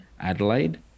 Adelaide